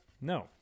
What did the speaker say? no